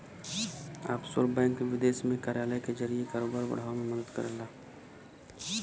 offshore bank विदेश में कार्यालय के जरिए कारोबार बढ़ावे में मदद करला